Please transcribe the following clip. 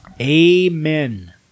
Amen